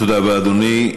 תודה רבה, אדוני.